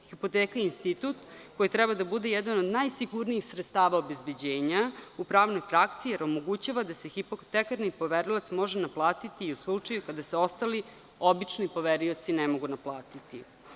Hipoteka je institut koji treba da bude jedan od najsigurnijih sredstava obezbeđenja u pravnoj praksi jer omogućava da se hipotekarni poverilac može naplatiti i u slučaju kada se ostali obični poverioci ne mogu naplatiti.